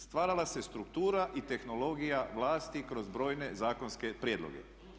Stvarala se struktura i tehnologija vlasti kroz brojne zakonske prijedloge.